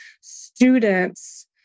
students